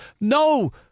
No